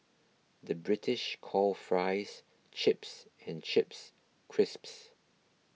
the British call Fries Chips and Chips Crisps